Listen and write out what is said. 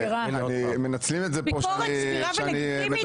ביקורת סבירה ולגיטימית?